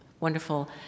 wonderful